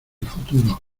futuro